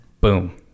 boom